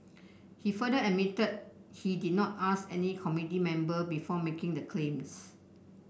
he further admitted he did not ask any committee member before making the claims